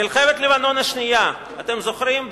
מלחמת לבנון השנייה, אתם זוכרים?